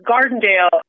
Gardendale